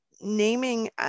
naming